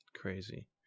Crazy